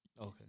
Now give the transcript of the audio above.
Okay